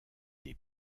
des